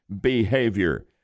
behavior